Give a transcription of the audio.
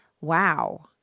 Wow